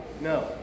no